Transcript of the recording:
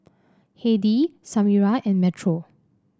Heidy Samira and Metro